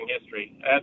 history